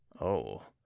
Oh